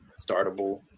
startable